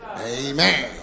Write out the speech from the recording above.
amen